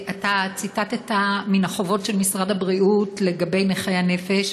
אתה ציטטת מן החובות של משרד הבריאות לגבי נכי הנפש,